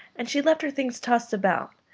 and she left her things tossed about,